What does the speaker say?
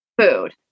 food